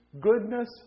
goodness